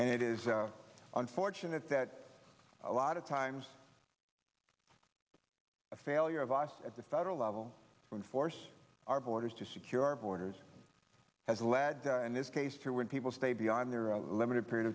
and it is unfortunate that a lot of times a failure of us at the federal level when force our borders to secure our borders has led in this case to when people stay beyond their a limited period